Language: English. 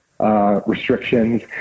Restrictions